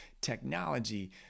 technology